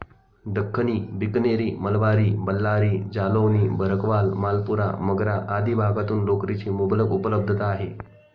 दख्खनी, बिकनेरी, मलबारी, बल्लारी, जालौनी, भरकवाल, मालपुरा, मगरा आदी भागातून लोकरीची मुबलक उपलब्धता आहे